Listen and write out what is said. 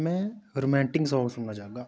में romantic song सुनना चाह्गा